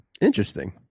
Interesting